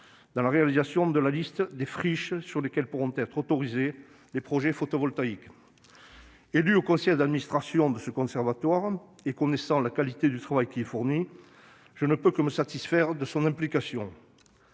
dans l'établissement de la liste des friches sur lesquelles pourront être autorisés les projets photovoltaïques. En tant qu'élu au conseil d'administration de cet organisme, et connaissant la qualité du travail qui y est fourni, je ne peux que me satisfaire de son implication.